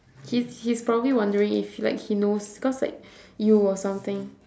he's he's probably wondering if like he knows cause like you or something